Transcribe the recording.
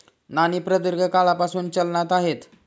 नाणी प्रदीर्घ काळापासून चलनात आहेत